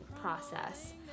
process